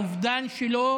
האובדן שלו